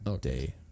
day